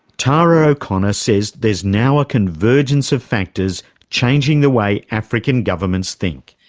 tara o'connor says there's now a convergence of factors changing the way african governments think.